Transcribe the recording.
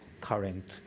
current